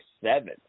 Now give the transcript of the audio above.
seven